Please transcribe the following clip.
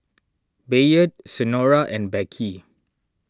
Bayard Senora and Beckie